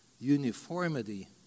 Uniformity